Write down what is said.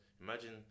imagine